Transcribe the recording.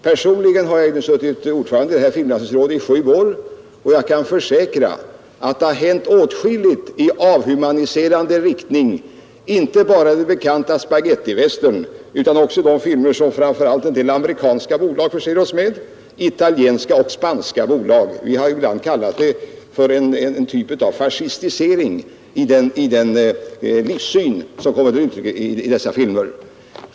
Personligen har jag suttit ordförande i filmgranskningsrådet i sju år, och jag kan försäkra att det har hänt åtskilligt i avhumaniserande riktning, inte bara den bekanta Spagetti-Western utan också filmer som framför allt en del amerikanska men också italienska och spanska bolag förser oss med. Vi har ibland talat om ett slags fascistisering av den livssyn som kommer till uttryck i dessa filmer.